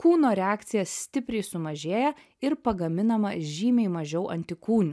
kūno reakcija stipriai sumažėja ir pagaminama žymiai mažiau antikūnių